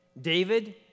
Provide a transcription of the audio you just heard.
David